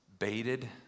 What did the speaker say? baited